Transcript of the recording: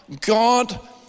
God